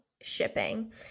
shipping